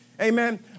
Amen